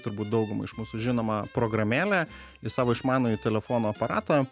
turbūt daugumai iš mūsų žinomą programėlę į savo išmanųjį telefono aparatą